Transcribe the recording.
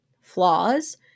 flaws